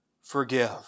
forgive